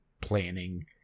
planning